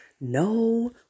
No